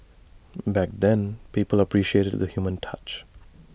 back then people appreciated the human touch